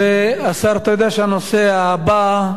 אתה יודע שהנושא הבא,